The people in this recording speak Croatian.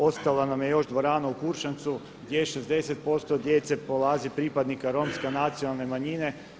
Ostala nam je još dvorana u Kuršancu gdje je 60% djece polazi pripadnika Romske nacionalne manjine.